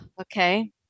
Okay